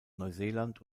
neuseeland